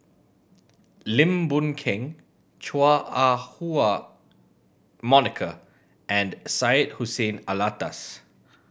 Lim Boon Keng Chua Ah Huwa Monica and Syed Hussein Alatas